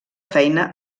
feina